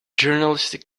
journalistic